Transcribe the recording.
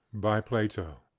by plato